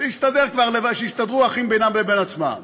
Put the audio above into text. שיסתדרו האחים בינם לבין עצמם.